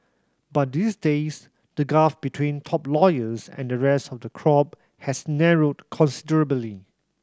but these days the gulf between top lawyers and the rest of the crop has narrowed considerably